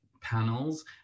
panels